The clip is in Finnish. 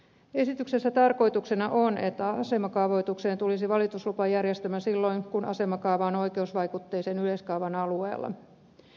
esityksessä tarkoituksena on että asemakaavoitukseen tulisi valituslupajärjestelmä silloin kun asemakaava on oikeusvaikutteisen yleiskaavan alueella